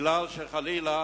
כי חלילה